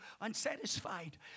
unsatisfied